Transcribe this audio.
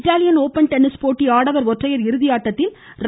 Italy open tennis போட்டி ஆடவர் ஒற்றையர் இறுதியாட்டத்தில் ர